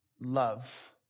love